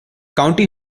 county